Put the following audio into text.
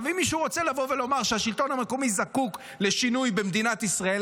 אם מישהו רוצה לבוא ולומר שהשלטון המקומי זקוק לשינוי במדינת ישראל,